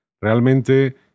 Realmente